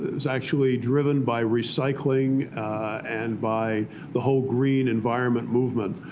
it was actually driven by recycling and by the whole green environment movement.